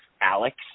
Alex